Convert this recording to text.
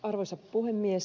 arvoisa puhemies